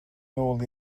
nol